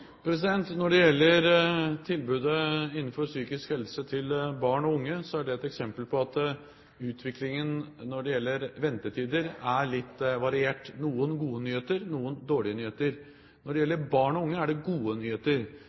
Når det gjelder tilbudet innenfor psykisk helse til barn og unge, er det et eksempel på at utviklingen med hensyn til ventetider er litt variert – noen gode nyheter og noen dårlige nyheter. Når det gjelder barn og unge, er det gode nyheter.